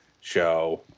show